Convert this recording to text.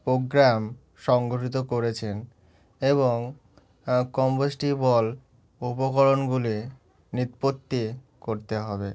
programme সংগঠিত করেছেন এবং কম্পোস্টেবল উপকরণগুলি নিষ্পত্তি করতে হবে